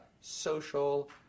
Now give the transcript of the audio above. social